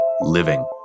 living